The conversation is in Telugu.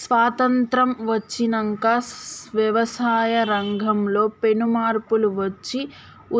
స్వాసత్రం వచ్చినంక వ్యవసాయ రంగం లో పెను మార్పులు వచ్చి